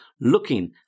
looking